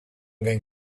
going